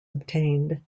obtained